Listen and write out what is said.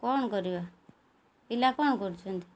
କ'ଣ କରିବା ପିଲା କ'ଣ କରୁଛନ୍ତି